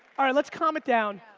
alright, let's calm it down.